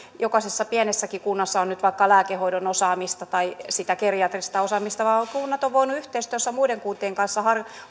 jokaisessa pienessäkin kunnassa on nyt vaikka lääkehoidon osaamista tai sitä geriatrista osaamista vaan kunnat ovat voineet yhteistyössä muiden kuntien kanssa